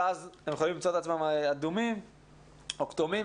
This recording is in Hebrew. ואז הם יכולים למצוא את עצמם מוגדרים אדומים או כתומים,